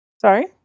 Sorry